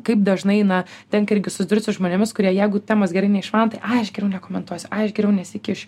kaip dažnai na tenka irgi susidurt su žmonėmis kurie jeigu temos gerai neišmano tai ai aš geriau nekomentuoius ai aš geriau nesikišiu